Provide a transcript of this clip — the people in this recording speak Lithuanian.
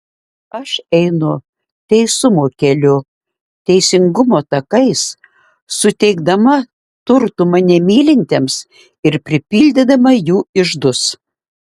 aš einu teisumo keliu teisingumo takais suteikdama turtų mane mylintiems ir pripildydama jų iždus